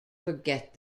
forget